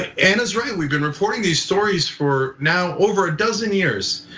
and it's right we've been reporting these stories for now over a dozen years.